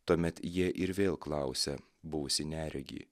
tuomet jie ir vėl klausia buvusį neregį